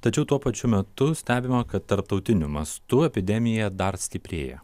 tačiau tuo pačiu metu stebima kad tarptautiniu mastu epidemija dar stiprėja